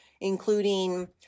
including